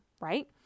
right